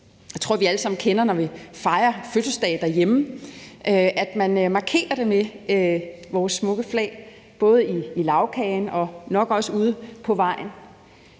Jeg tror, vi alle sammen kender, når vi fejrer fødselsdage derhjemme, at man markerer det med vores smukke flag både i lagkagen og nok også ude på vejen.